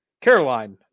Caroline